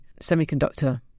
semiconductor